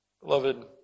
Beloved